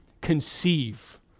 conceive